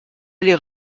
aller